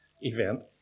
event